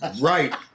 Right